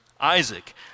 Isaac